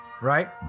right